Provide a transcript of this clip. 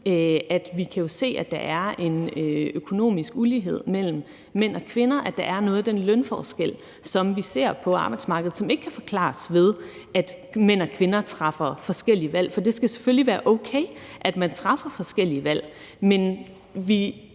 at vi kan se, at der er en økonomisk ulighed mellem mænd og kvinder – at der er noget af den lønforskel, som vi ser på arbejdsmarkedet, som ikke kan forklares ved, at mænd og kvinder træffer forskellige valg. For det skal selvfølgelig være okay, at man træffer forskellige valg, men